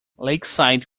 lakeside